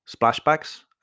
Splashbacks